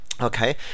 Okay